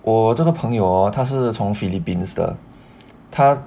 我这个朋友他是从 philippines 的他